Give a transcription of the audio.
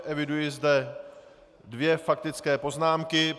Eviduji zde dvě faktické poznámky.